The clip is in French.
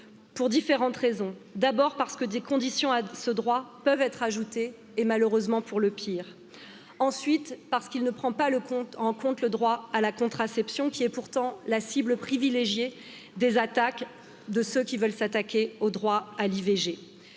pour différentes raisons d'abord parce que les des conditions à ce droit peuvent être ajoutées et malheureusement pour le pire ensuite parce qu'il ne prend pas en compte le droit à la contraception quii est pourtant la cible privilégiée des attaques de ceux qui veulent s'attaquer au droit à l'iv